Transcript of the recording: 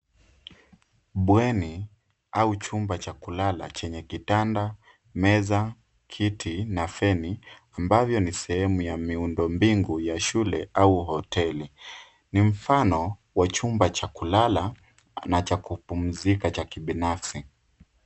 Bweni au chumba cha kulala chenye kitanda, meza, kiti na feni ambavyo ni sehemu ya miundombinu ya shule au hoteli. Ni mfano wa chumba cha kulala na cha kupumzika cha kibinafsi.